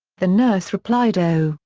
the nurse replied oh,